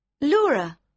Laura